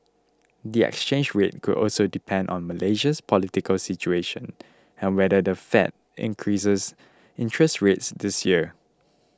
the exchange rate could also depend on Malaysia's political situation and whether the Fed increases interest rates this year